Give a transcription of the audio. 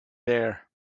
there